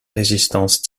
résistance